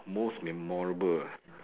most memorable ah